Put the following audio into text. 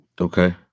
Okay